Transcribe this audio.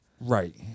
Right